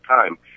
time